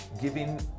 giving